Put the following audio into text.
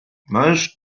most